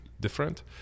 different